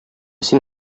син